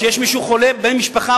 שיש מישהו חולה בן משפחה,